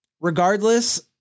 Regardless